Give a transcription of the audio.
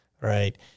right